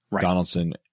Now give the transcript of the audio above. Donaldson